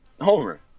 Homer